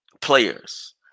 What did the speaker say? players